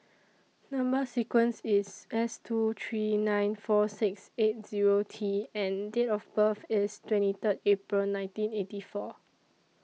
Number sequence IS S two three nine four six eighty Zero T and Date of birth IS twenty Third April nineteen eighty four